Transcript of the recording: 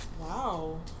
Wow